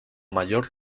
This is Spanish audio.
mayor